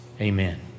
Amen